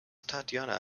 tatiana